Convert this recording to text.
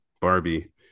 Barbie